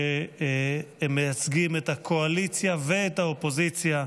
שמייצגים את הקואליציה ואת האופוזיציה,